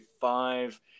five